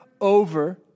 over